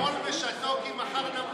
אכול ושתה כי מחר נמות,